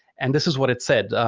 and this is what it said.